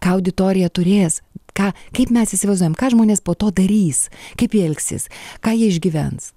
ką auditorija turės ką kaip mes įsivaizduojam ką žmonės po to darys kaip jie elgsis ką jie išgyvens